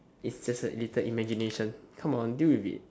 it's just a little imagination come on deal with it